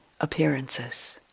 appearances